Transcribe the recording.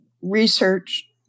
research